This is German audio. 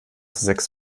sechs